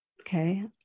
Okay